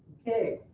okay.